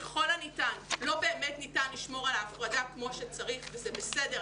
ככל הניתן - לא באמת ניתן לשמור על ההפרדה כמו שצריך וזה בסדר.